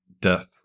Death